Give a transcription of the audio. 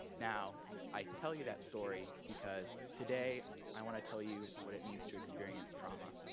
now, i tell you that story because today i want to tell you what it means to experience trauma.